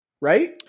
Right